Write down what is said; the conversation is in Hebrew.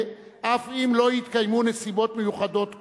אף אם לא התקיימו נסיבות מיוחדות כאמור,